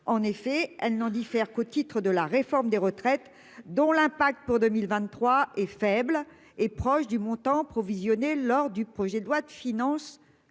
En effet, elle n'en diffère qu'au titre de la réforme des retraites dont l'impact pour 2023 est faible et proche du montant provisionné lors du projet de loi de finances,